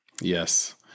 Yes